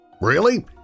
Really